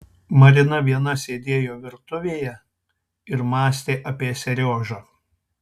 marina viena sėdėjo virtuvėje ir mąstė apie seriožą